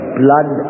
blood